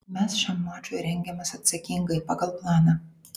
mes šiam mačui rengiamės atsakingai pagal planą